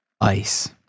Ice